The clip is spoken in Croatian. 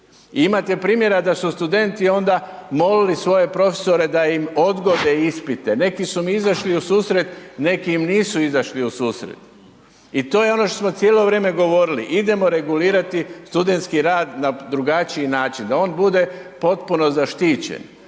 Imate primjera da su studenti onda molili svoje profesore da im odgode ispite, neki su mu izašli u susret, neki im nisu izašli u susret. I to je ono što smo cijelo vrijeme govorili, idemo regulirati studentski rad na drugačiji način, da on bude potpuno zaštićen.